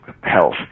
Health